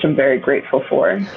um very grateful for.